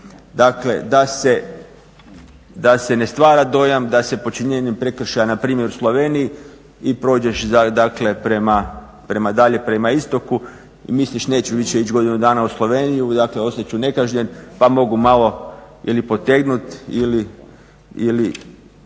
Dakle, da se ne stvara dojam da se počinjeni prekršaj npr. u Sloveniji i prođeš dakle dalje prema Istoku i misliš neću više ići godinu dana u Sloveniju i dakle ostat ću nekažnjen pa mogu malo ili potegnut ili